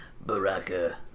Baraka